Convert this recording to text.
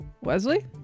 Wesley